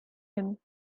him